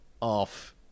off